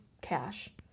cash